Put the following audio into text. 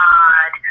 God